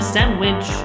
Sandwich